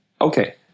Okay